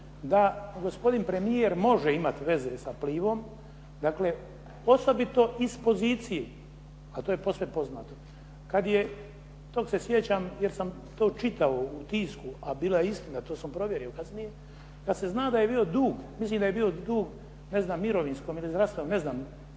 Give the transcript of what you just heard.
da gospodin premijer može imati veza sa Plivom. Dakle, osobito iz pozicije, a to je posve poznato kada je, toga se sjećam jer sam to čitao u tisku a bila je istina, to sam provjerio kasnije, kada se zna da je bio dug, mislim da je bio dug ne znam mirovinskom ili zdravstvenom, ne znam,